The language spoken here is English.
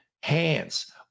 hands